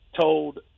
told